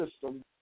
system